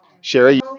sherry